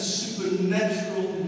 supernatural